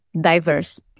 diverse